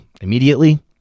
immediately